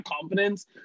confidence